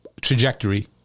trajectory